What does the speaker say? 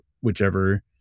whichever